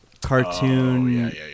cartoon